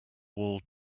wall